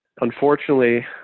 unfortunately